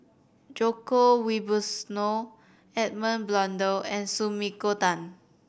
Djoko Wibisono Edmund Blundell and Sumiko Tan